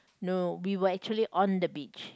no we were actually on the beach